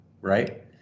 right